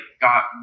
got